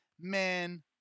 Man